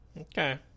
Okay